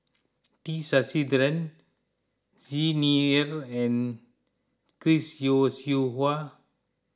T Sasitharan Xi Ni Er and Chris Yeo Siew Hua